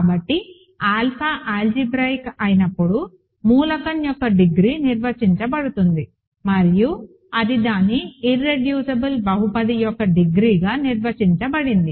కాబట్టి alpha algebraic అయినప్పుడు మూలకం యొక్క డిగ్రీ నిర్వచించబడుతుంది మరియు అది దాని ఇర్రెడ్యూసిబుల్ బహుపది యొక్క డిగ్రీగా నిర్వచించబడింది